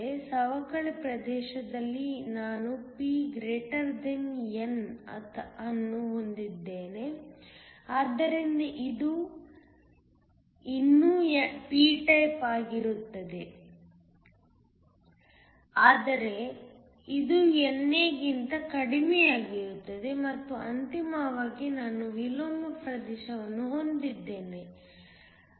ಸವಕಳಿ ಪ್ರದೇಶದಲ್ಲಿ ನಾನು p n ಅನ್ನು ಹೊಂದಿದ್ದೇನೆ ಆದ್ದರಿಂದ ಅದು ಇನ್ನೂ p ಟೈಪ್ ಆಗಿರುತ್ತದೆ ಆದರೆ ಇದು NA ಗಿಂತ ಕಡಿಮೆಯಿರುತ್ತದೆ ಮತ್ತು ಅಂತಿಮವಾಗಿ ನಾನು ವಿಲೋಮ ಪ್ರದೇಶವನ್ನು ಹೊಂದಿದ್ದೇನೆ ಅಲ್ಲಿ n p